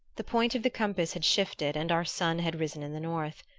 the points of the compass had shifted and our sun had risen in the north.